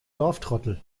dorftrottel